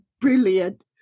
brilliant